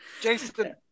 Jason